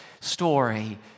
story